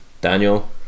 Daniel